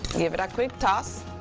give it a quick toss.